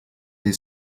die